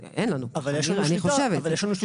אני חושבת,